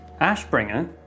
Ashbringer